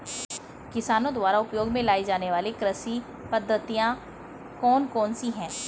किसानों द्वारा उपयोग में लाई जाने वाली कृषि पद्धतियाँ कौन कौन सी हैं?